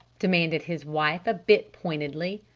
demanded his wife a bit pointedly.